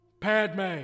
Padme